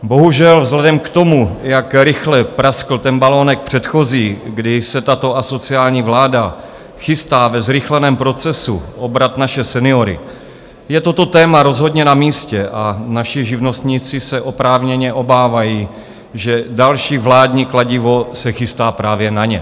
Bohužel vzhledem k tomu, jak rychle praskl ten balonek předchozí, kdy se tato asociální vláda chystá ve zrychleném procesu obrat naše seniory, je toto téma rozhodně namístě a naši živnostníci se oprávněně obávají, že další vládní kladivo se chystá právě na ně.